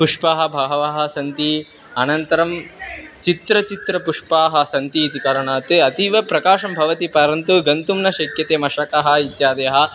पुष्पाणि बहूनि सन्ति अनन्तरं चित्रचित्रपुष्पाणि सन्ति इति कारणात् अतीव प्रकाशं भवति परन्तु गन्तुं न शक्यते मशकाः इत्यादयः